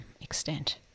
extent